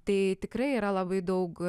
tai tikrai yra labai daug